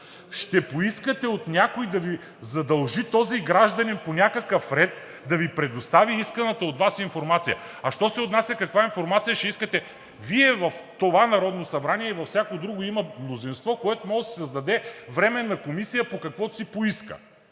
ще поискате от някой да задължи този гражданин по някакъв ред да Ви предостави исканата от Вас информация. А що се отнася каква информация ще искате, Вие в това Народно събрание и във всяко друго има мнозинство, което може да си създаде временна комисия по каквото си поиска.